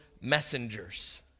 messengers